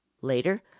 Later